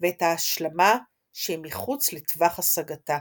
ואת ההשלמה שהיא מחוץ לטווח השגתה